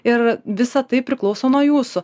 ir visa tai priklauso nuo jūsų